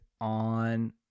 on